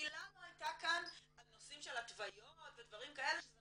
מילה לא הייתה כאן על נושאים של התוויות ודברים כאלה שזה